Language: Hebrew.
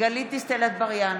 גלית דיסטל אטבריאן,